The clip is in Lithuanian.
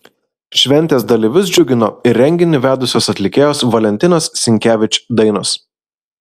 šventės dalyvius džiugino ir renginį vedusios atlikėjos valentinos sinkevič dainos